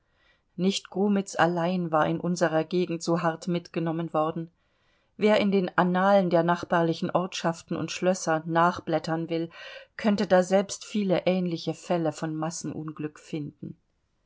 nicht grumitz allein war in unserer gegend so hart mitgenommen worden wer in den annalen der nachbarlichen ortschaften und schlösser nachblättern will könnte daselbst viele ähnliche fälle von massenunglück finden